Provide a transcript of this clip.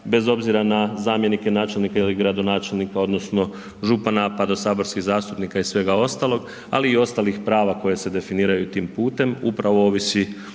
bez obzira na zamjenike, načelnike ili gradonačelnika odnosno župana pa do saborskih zastupnika i svega ostaloga ali i ostalih prava koja se definiraju tim putem upravo ovisi